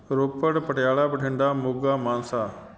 Ropar Patiala Bathinda Moga Mansa